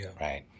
right